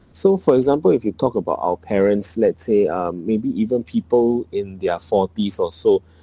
so for example if you talk about our parents let's say uh maybe even people in their forties or so